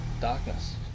darkness